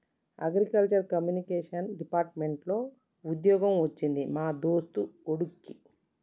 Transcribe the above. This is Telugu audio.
అగ్రికల్చర్ కమ్యూనికేషన్ డిపార్ట్మెంట్ లో వుద్యోగం వచ్చింది మా దోస్తు కొడిక్కి